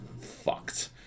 fucked